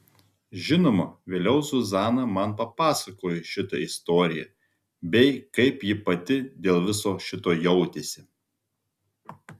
žinoma vėliau zuzana man papasakojo šitą istoriją bei kaip ji pati dėl viso šito jautėsi